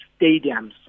stadiums